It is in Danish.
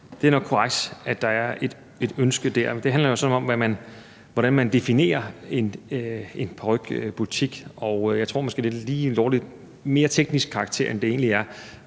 at det nok er korrekt, at der er et ønske dér. Men det handler også om, hvordan man definerer en parykbutik. Og jeg tror måske, at det nok er af lidt mere teknisk karakter, end at det egentlig